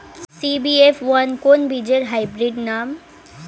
CBF one কোন বীজের hybrid নাম?